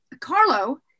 Carlo